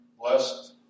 Blessed